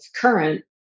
current